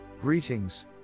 Greetings